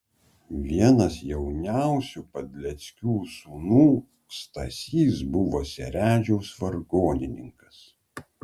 vienas jauniausių padleckių sūnų stasys buvo seredžiaus vargonininkas